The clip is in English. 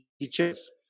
teachers